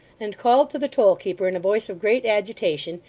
and called to the toll-keeper in a voice of great agitation,